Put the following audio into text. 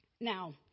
now